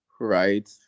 right